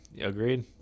Agreed